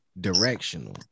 directional